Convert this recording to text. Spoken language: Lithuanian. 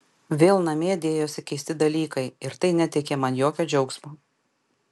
vėl namie dėjosi keisti dalykai ir tai neteikė man jokio džiaugsmo